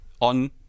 on